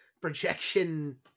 projection